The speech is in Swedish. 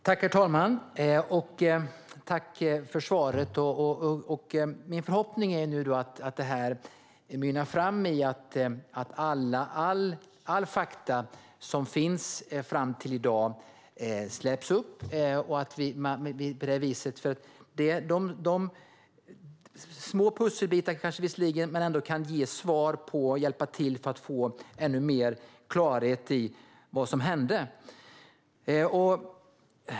Herr talman! Tack för svaret! Min förhoppning är nu att det här mynnar ut i att alla fakta som finns fram till i dag släpps upp. Det kanske är små pusselbitar, men de kan ändå hjälpa till att ge svar och en klarhet i vad som hände.